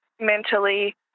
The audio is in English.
mentally